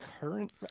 current